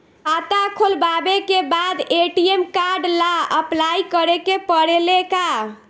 खाता खोलबाबे के बाद ए.टी.एम कार्ड ला अपलाई करे के पड़ेले का?